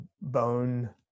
bone